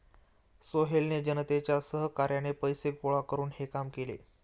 सोहेलने जनतेच्या सहकार्याने पैसे गोळा करून हे काम केले